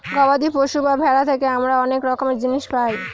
গবাদি পশু বা ভেড়া থেকে আমরা অনেক রকমের জিনিস পায়